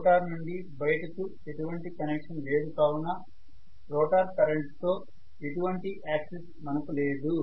rotor నుండి బయట కు ఎటువంటి కనెక్షన్ లేదు కావున రోటర్ కరెంటు తో ఎటువంటి యాక్సిస్ మనకు లేదు